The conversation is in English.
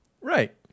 Right